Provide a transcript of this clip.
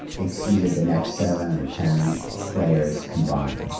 exceeded the next seven or ten players combined.